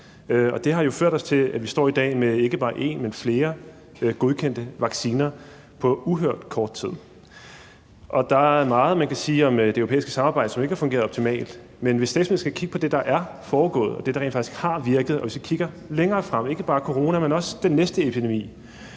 det har jo ført til, at vi står i dag med ikke bare en, men flere godkendte vacciner på uhørt kort tid. Der er meget, man kan sige om det europæiske samarbejde, og som ikke har fungeret optimalt, men hvis statsministeren skal kigge på det, der er foregået, og det, der rent faktisk har virket, og vi så kigger længere frem, ikke bare på corona, men også til den næste epidemi,